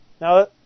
Now